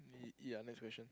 y~ yeah nesxt question